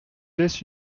laisse